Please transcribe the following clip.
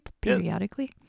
periodically